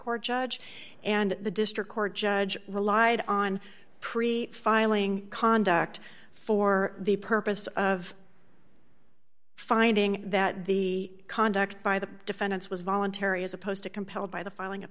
court judge and the district court judge relied on pre filing conduct for the purpose of finding that the conduct by the defendants was voluntary as opposed to compelled by the fi